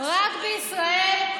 ורק בישראל,